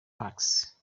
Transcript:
parks